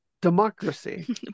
democracy